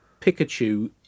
Pikachu